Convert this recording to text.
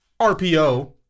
RPO